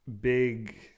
big